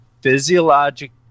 physiologic